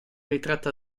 ritratto